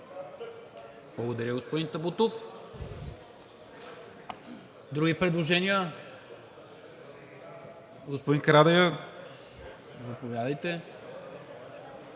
Благодаря, господин Табутов. Други предложения? Господин Карадайъ, заповядайте.